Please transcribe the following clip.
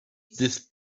sind